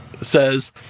says